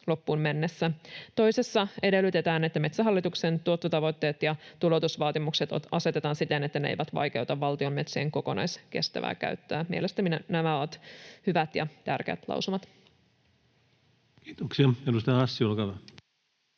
loppuun mennessä. Toisessa edellytetään, että Metsähallituksen tuottotavoitteet ja tuloutusvaatimukset asetetaan siten, että ne eivät vaikeuta valtion metsien kokonaiskestävää käyttöä. Mielestäni nämä ovat hyvät ja tärkeät lausumat. [Speech 208] Speaker: